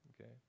okay